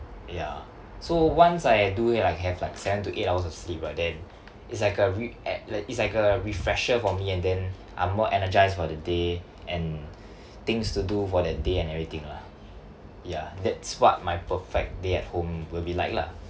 ya so once I do like have like seven to eight hours of sleep right then it's like a re~ at like it's like a refresher for me and then I'm more energised for the day and things to do for that day and everything lah ya that's what my perfect day at home will be like lah